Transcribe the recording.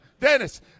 Dennis